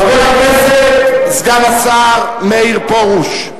חבר הכנסת סגן השר מאיר פרוש.